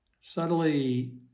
subtly